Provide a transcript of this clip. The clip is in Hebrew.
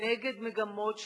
נגד מגמות של